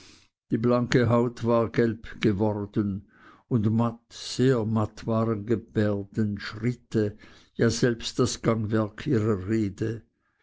die blanke haut war gelb geworden und matt sehr matt waren gebärden schritte ja selbst das gangwerk ihrer rede